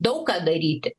daug ką daryti